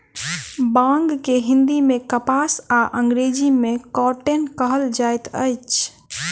बांग के हिंदी मे कपास आ अंग्रेजी मे कौटन कहल जाइत अछि